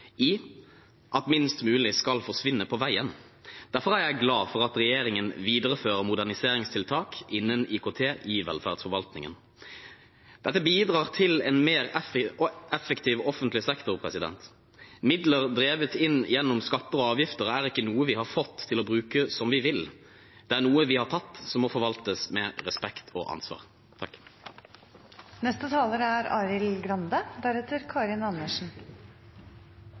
i at minst mulig skal forsvinne på veien. Derfor er jeg glad for at regjeringen viderefører moderniseringstiltak innen IKT i velferdsforvaltningen. Dette bidrar til en mer effektiv offentlig sektor. Midler drevet inn gjennom skatter og avgifter, er ikke noe vi har fått til å bruke som vi vil, det er noe vi har tatt, som må forvaltes med respekt og ansvar. Nå er ikke jeg noen kløpper i fransk, som foregående taler tydeligvis er,